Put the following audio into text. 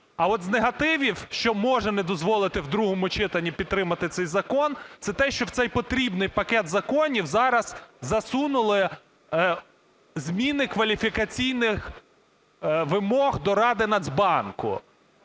А от з негативів, що може не дозволити в другому читанні підтримати цей закон, це те, що в цей потрібний пакет законів зараз засунули зміни кваліфікаційних вимог до Ради Нацбанку.